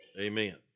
amen